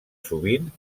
sovint